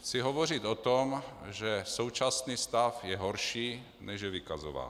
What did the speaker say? Chci hovořit o tom, že současný stav je horší, než je vykazován.